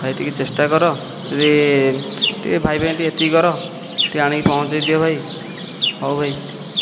ଭାଇ ଟିକେ ଚେଷ୍ଟା କର ଯଦି ଟିକେ ଭାଇ ପାଇଁ ଟିକେ ଏତିକି କର ଟିକେ ଆଣିକି ପହଞ୍ଚାଇ ଦିଅ ଭାଇ ହେଉ ଭାଇ